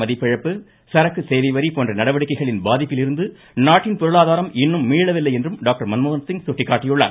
மதிப்பிழப்பு சரக்கு சேவை வரி போன்ற நடவடிக்கைகளின் பண பாதிப்பிலிருந்து நாட்டின் பொருளாதாரம் இன்னும் மீளவில்லை என்றும் டாக்டர் மன்மோகன்சிங் சுட்டிக்காட்டியுள்ளார்